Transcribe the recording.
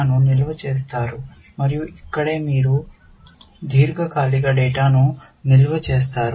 మెదడు యొక్క అభిజ్ఞా నమూనాలు ఉన్నాయి ఇది ఇక్కడే ఉంది మీరు స్వల్పకాలిక డేటాను నిల్వ చేస్తారు మరియు ఇక్కడే మీరు దీర్ఘకాలిక డేటాను నిల్వ చేస్తారు